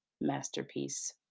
masterpiece